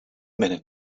minute